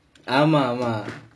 ஆமாமா:aamaamaa